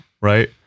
Right